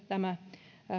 tämä